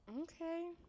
okay